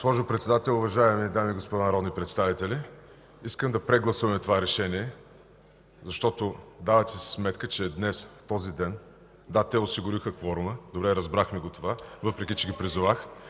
Госпожо Председател, уважаеми дами и господа народни представители, искам да прегласуваме това решение, защото си давате сметка, че днес, в този ден... (Шум и реплики.) Да, те осигуриха кворума, разбрахме това, въпреки че ги призовах.